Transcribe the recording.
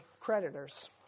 creditors